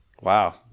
Wow